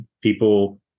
people